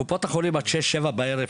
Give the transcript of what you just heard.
קופות החולים פתוחות עד שש-שבע בערב,